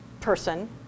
person